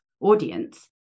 audience